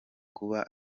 kuba